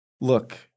Look